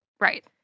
Right